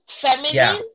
feminine